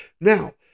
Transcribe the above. Now